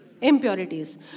Impurities